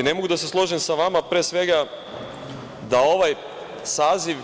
Ne mogu da se složim sa vama, pre svega da ovaj saziv